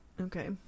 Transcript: Okay